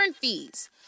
fees